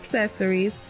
Accessories